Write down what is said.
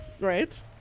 Right